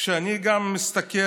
כשאני גם מסתכל,